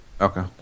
Okay